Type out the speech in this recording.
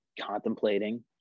contemplating